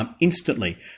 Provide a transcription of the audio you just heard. instantly